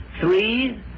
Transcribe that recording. Three